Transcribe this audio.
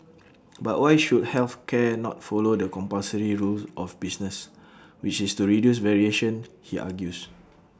but why should health care not follow the compulsory rule of business which is to reduce variation he argues